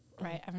right